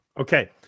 okay